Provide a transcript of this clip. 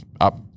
up